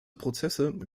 prozesse